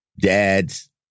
dad's